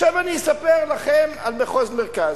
עכשיו אני אספר לכם על מחוז מרכז.